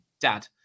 Dad